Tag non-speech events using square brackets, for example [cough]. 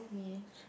ya [breath]